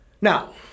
Now